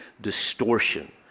distortion